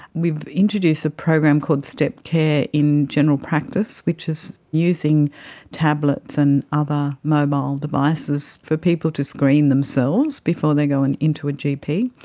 we've introduced a program called step care in general practice, which is using tablets and other mobile devices for people to screen themselves before they go and into a gp,